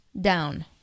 down